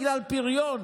בגלל פריון.